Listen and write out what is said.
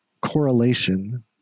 correlation